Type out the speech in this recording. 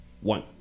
one